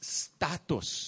status